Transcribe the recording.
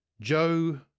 Joe